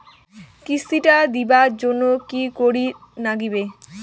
কিস্তি টা দিবার জন্যে কি করির লাগিবে?